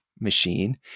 machine